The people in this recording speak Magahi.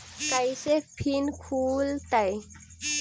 कैसे फिन खुल तय?